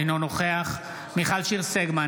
אינו נוכח מיכל שיר סגמן,